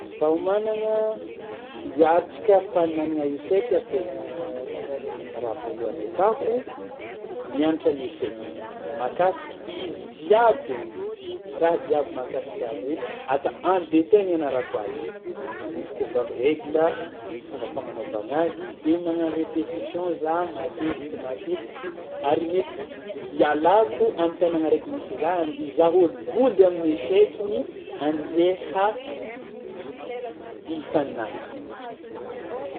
Fagnomanagna hiatrika fifaninanagna échec après dimy taona: raha voalohany atako mianatra ny échec, mahakasika izy jiaby igny, raha jiaby mahakasika azy hoe at- en détail ny ianarako azy igny, manomboko avy am'regla, fomba fanagnaovagna azy de magnano répétition za matetiky matetiky ary mety ialako am'tanàgna raiky misy za andia hizaha ôlo bondy amin'ny échec igny andeha ifaninanako.